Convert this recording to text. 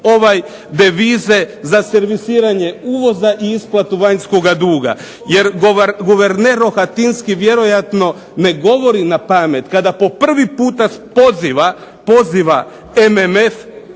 pronaći devize za servisiranje uvoza i isplatu vanjskoga duga. Jer guverner Rohatinski vjerojatno ne govori napamet kada po prvi puta poziva MMF,